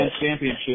championship